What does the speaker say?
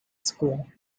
school